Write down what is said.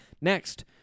Next